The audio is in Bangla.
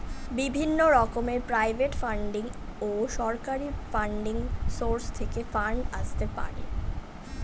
বিভিন্ন রকমের প্রাইভেট ফান্ডিং ও সরকারি ফান্ডিং সোর্স থেকে ফান্ড আসতে পারে